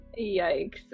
yikes